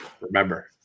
Remember